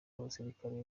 basirikare